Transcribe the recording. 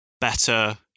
better